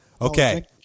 Okay